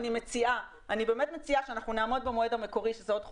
אני מציעה שנעמוד במועד המקורי שזה עוד חודשיים,